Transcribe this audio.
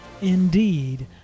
Indeed